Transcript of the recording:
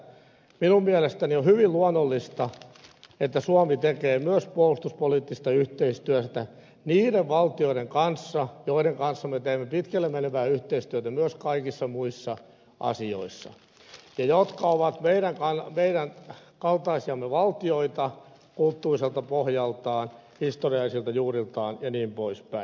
minun mielestäni on hyvin luonnollista että suomi tekee myös puolustuspoliittista yhteistyötä niiden valtioiden kanssa joiden kanssa me teemme pitkälle menevää yhteistyötä myös kaikissa muissa asioissa ja jotka ovat meidän kaltaisiamme valtioita kulttuuriselta pohjaltaan historiallisilta juuriltaan ja niin poispäin